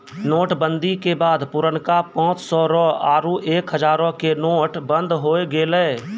note बंदी के बाद पुरनका पांच सौ रो आरु एक हजारो के नोट बंद होय गेलै